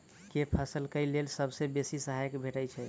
केँ फसल केँ लेल सबसँ बेसी सहायता भेटय छै?